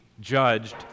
judged